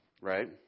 right